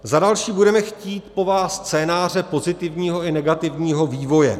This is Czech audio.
Za další budeme chtít po vás scénáře pozitivního i negativního vývoje.